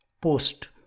post